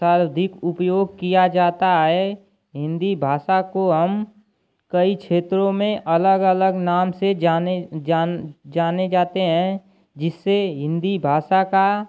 सर्वाधिक उपयोग किया जाता है हिन्दी भाषा को हम कई क्षेत्रों में अलग अलग नाम से जाने जान जाने जाते हैं जिससे हिन्दी भाषा का